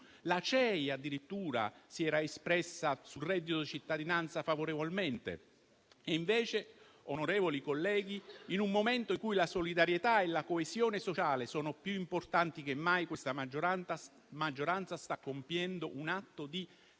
La CEI addirittura si era espressa sul reddito di cittadinanza favorevolmente e invece, onorevoli colleghi, in un momento in cui la solidarietà e la coesione sociale sono più importanti che mai, questa maggioranza sta compiendo un atto di segregazione